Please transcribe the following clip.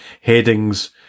headings